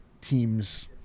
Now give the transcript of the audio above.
teams